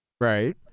Right